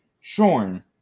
shorn